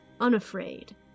unafraid